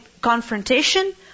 confrontation